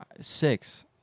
six